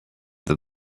that